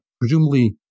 presumably